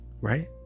Right